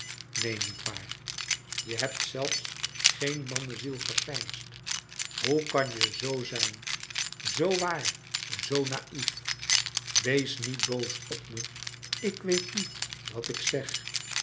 neen niet waar je hebt zelfs geen manneziel geveinsd hoe kan je zoo zijn zoo waar zoo naïf wees niet boos op me ik weet niet wat ik zeg